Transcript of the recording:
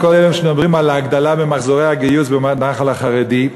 לכל אלה שמדברים על הגדלה במחזורי הגיוס בנח"ל החרדי,